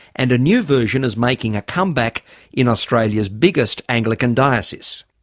and a new version is making a comeback in australia's biggest anglican diocese.